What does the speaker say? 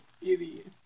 idiot